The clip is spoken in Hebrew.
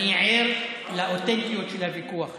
אני ער לאותנטיות של הוויכוח הזה.